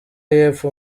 y’epfo